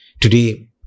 Today